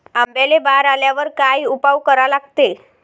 आंब्याले बार आल्यावर काय उपाव करा लागते?